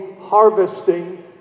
harvesting